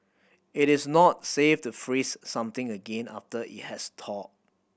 it is not safe to freeze something again after it has thawed